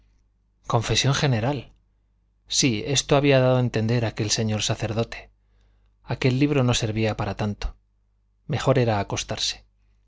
confesión general sí esto había dado a entender aquel señor sacerdote aquel libro no servía para tanto mejor era acostarse